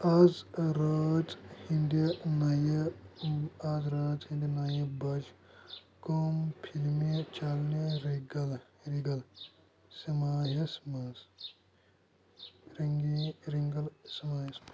آز رٲژ ہٕندِ نَیہِ بجہِ کۄم فِلمہٕ چَلین ریگل سنیماہس منز